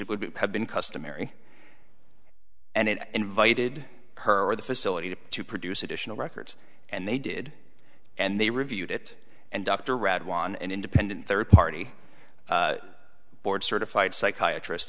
would have been customary and invited her or the facility to to produce additional records and they did and they reviewed it and dr radwan an independent third party board certified psychiatr